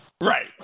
Right